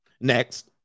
next